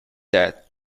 that